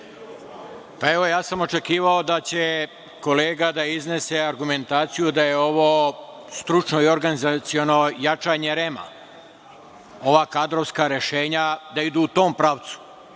Evo, ja sam očekivao da će kolega da iznese argumentaciju da je ovo stručno i organizaciono jačanje REM, ova kadrovska rešenja da idu u tom pravcu,